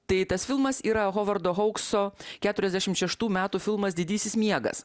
tai tas filmas yra hovardo haukso keturiasdešimt šeštų metų filmas didysis miegas